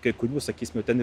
kai kurių sakysime ten